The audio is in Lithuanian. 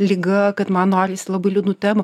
liga kad man norisi labai liūdnų temų